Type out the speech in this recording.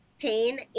Pain